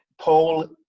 Paul